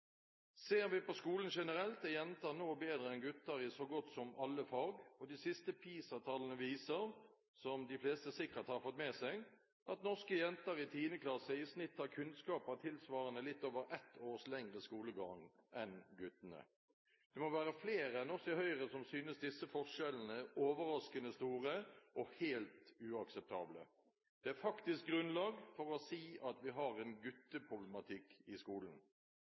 Ser vi på skolen generelt, er jenter nå bedre enn gutter i så godt som alle fag, og de siste PISA-tallene viser, som de fleste sikkert har fått med seg, at norske jenter i 10. klasse i snitt har kunnskaper tilsvarende litt over ett års lengre skolegang enn guttene. Det må være flere enn oss i Høyre som synes disse forskjellene er overraskende store og helt uakseptable. Det er faktisk grunnlag for å si at vi har en gutteproblematikk i skolen.